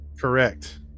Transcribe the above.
Correct